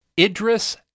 Idris